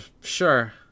sure